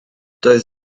doedd